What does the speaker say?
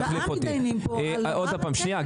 שעה מתדיינים פה על --- גילה,